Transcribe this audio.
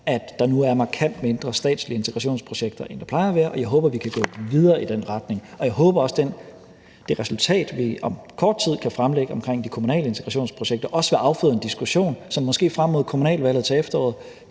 at der nu er markant færre statslige integrationsprojekter, end der plejer at være, og jeg håber, vi kan gå videre i den retning. Jeg håber også, at det resultat, som vi kan fremlægge om kort tid, omkring de kommunale integrationsprojekter også vil afføde en diskussion, som måske frem mod kommunalvalget i efteråret